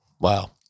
Wow